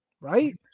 Right